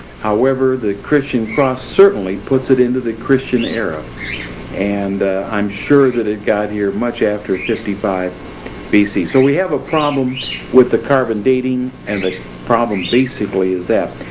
however the christian cross certainly puts it into the christian era and i'm sure that it got here much after fifty five bc. so we have a problem with the carbon dating and like problem basically is that.